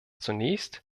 zunächst